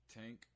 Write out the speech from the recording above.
Tank